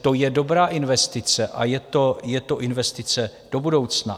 To je dobrá investice a je to investice do budoucna.